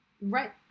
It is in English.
Right